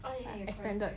extended